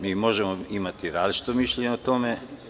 Možemo imati različito mišljenje o tome.